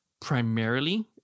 Primarily